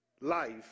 life